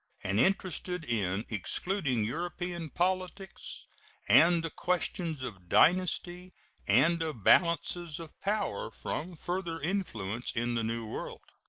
and interested in excluding european politics and the questions of dynasty and of balances of power from further influence in the new world.